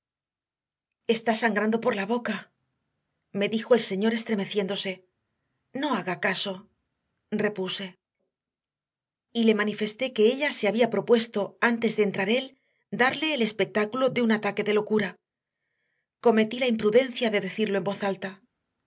está sangrando por la boca me dijo el señor estremeciéndose no haga caso repuse y le manifesté que ella se había propuesto antes de entrar él darle el espectáculo de un ataque de locura cometí la imprudencia de decirlo en voz alta